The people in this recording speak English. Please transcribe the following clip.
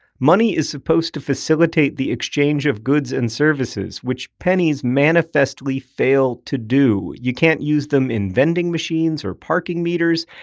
money is supposed to facilitate the exchange of goods and services, which pennies manifestly fail to do. you can't use them in vending machines or parking meters,